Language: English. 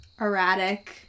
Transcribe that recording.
erratic